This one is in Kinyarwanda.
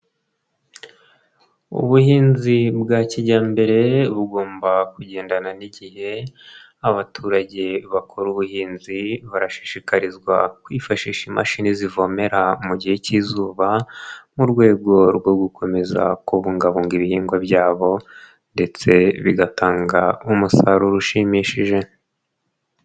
Ubuhinzi bwa kijyambere bugomba kugendana n'igihe, abaturage bakora ubuhinzi barashishikarizwa kwifashisha imashini zivomera mu gihe cy'izuba mu rwego rwo gukomeza kubungabunga ibihingwa byabo ndetse bigatanga umusaruro ushimishije.